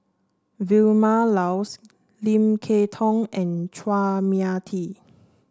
Vilma Laus Lim Kay Tong and Chua Mia Tee